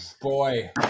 Boy